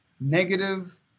negative